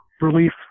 relief